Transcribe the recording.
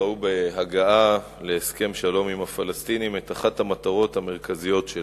ראו בהגעה להסכם שלום עם הפלסטינים את אחת המטרות המרכזיות שלהן.